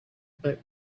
but